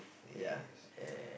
yes uh